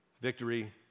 victory